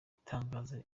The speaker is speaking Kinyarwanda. atangaza